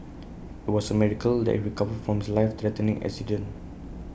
IT was A miracle that he recovered from his life threatening accident